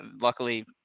luckily